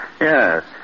Yes